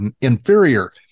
inferior